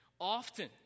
often